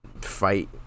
fight